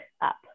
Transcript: up